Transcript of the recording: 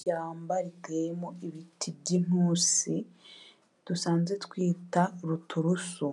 Ishyamba riteyemo ibiti by'intusi dusanze twita ruturusu